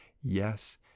yes